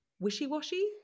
Wishy-washy